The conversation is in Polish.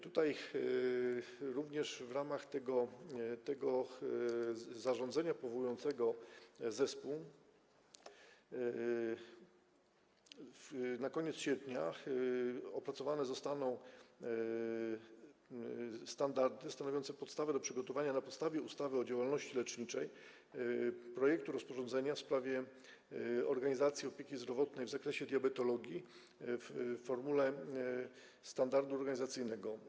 Tutaj również w ramach tego zarządzenia powołującego zespół na koniec sierpnia opracowane zostaną standardy stanowiące podstawę do przygotowania na gruncie ustawy o działalności leczniczej projektu rozporządzenia w sprawie organizacji opieki zdrowotnej w zakresie diabetologii w formule standardu organizacyjnego.